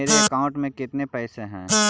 मेरे अकाउंट में केतना पैसा है?